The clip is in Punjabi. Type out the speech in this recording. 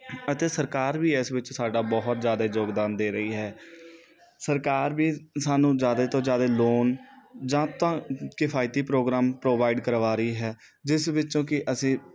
ਅਤੇ ਸਰਕਾਰ ਵੀ ਇਸ ਵਿੱਚ ਸਾਡਾ ਬਹੁਤ ਜ਼ਿਆਦਾ ਯੋਗਦਾਨ ਦੇ ਰਹੀ ਹੈ ਸਰਕਾਰ ਵੀ ਸਾਨੂੰ ਜ਼ਿਆਦਾ ਤੋਂ ਜ਼ਿਆਦਾ ਲੋਨ ਜਾਂ ਤਾਂ ਕਿਫਾਇਤੀ ਪ੍ਰੋਗਰਾਮ ਪ੍ਰੋਵਾਈਡ ਕਰਵਾ ਰਹੀ ਹੈ ਜਿਸ ਵਿੱਚੋਂ ਕਿ ਅਸੀਂ